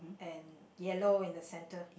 and yellow in the center